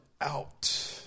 out